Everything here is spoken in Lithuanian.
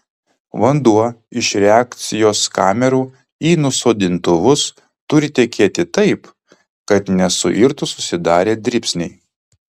vanduo iš reakcijos kamerų į nusodintuvus turi tekėti taip kad nesuirtų susidarę dribsniai